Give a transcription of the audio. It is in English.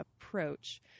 approach